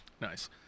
nice